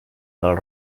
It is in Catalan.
del